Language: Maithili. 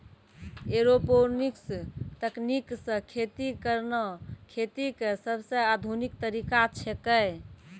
एरोपोनिक्स तकनीक सॅ खेती करना खेती के सबसॅ आधुनिक तरीका छेकै